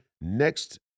next